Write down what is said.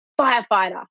firefighter